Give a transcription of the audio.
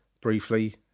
briefly